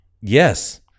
Yes